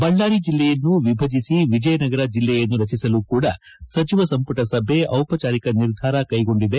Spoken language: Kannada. ಬಳ್ಳಾರಿ ಜಿಲ್ಲೆಯನ್ನು ವಿಭಜಿಸಿ ವಿಜಯನಗರ ಜಿಲ್ಲೆಯನ್ನು ರಚಿಸಲು ಕೂಡ ಸಚಿವ ಸಂಮಟ ಸಭೆ ಔಪಚಾರಿಕ ನಿರ್ಧಾರ ಕೈಗೊಂಡಿದೆ